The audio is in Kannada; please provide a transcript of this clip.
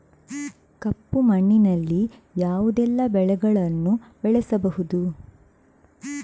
ಕಪ್ಪು ಮಣ್ಣಿನಲ್ಲಿ ಯಾವುದೆಲ್ಲ ಬೆಳೆಗಳನ್ನು ಬೆಳೆಸಬಹುದು?